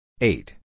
Eight